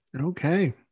Okay